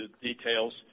details